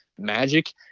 magic